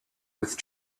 with